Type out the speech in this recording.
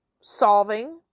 solving